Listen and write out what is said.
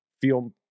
feel